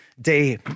day